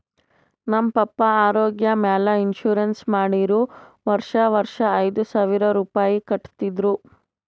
ನಮ್ ಪಪ್ಪಾ ಆರೋಗ್ಯ ಮ್ಯಾಲ ಇನ್ಸೂರೆನ್ಸ್ ಮಾಡಿರು ವರ್ಷಾ ವರ್ಷಾ ಐಯ್ದ ಸಾವಿರ್ ರುಪಾಯಿ ಕಟ್ಟತಿದ್ರು